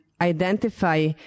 identify